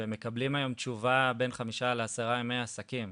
ומקבלים היום תשובה בין 5 ל- 10 ימי עסקים,